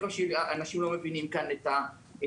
אני חושב שאנשים לא מבינים כאן את המטריה.